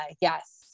Yes